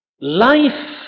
Life